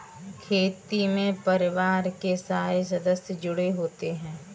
खेती में परिवार के सारे सदस्य जुड़े होते है